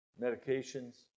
medications